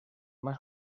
más